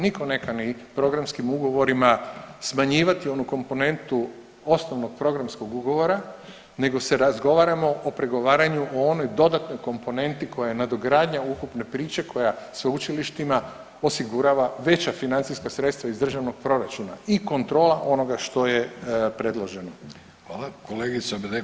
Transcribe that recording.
Nitko ne kani programskim ugovorima smanjivati onu komponentu osnovnog programskog ugovora nego se razgovaramo o pregovaranju o onoj dodatnoj komponenti koja je nadogradnja ukupne priče koja sveučilištima osigurava veća financijska sredstva iz državnog proračuna i kontrola onoga što je predloženo.